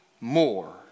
more